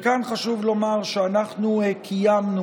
וכאן חשוב לומר שאנחנו קיימנו